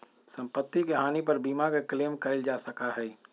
सम्पत्ति के हानि पर बीमा के क्लेम कइल जा सका हई